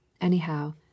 anyhow